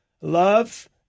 love